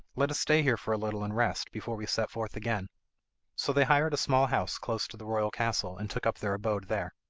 let us stay here for a little and rest before we set forth again so they hired a small house close to the royal castle, and took up their abode there.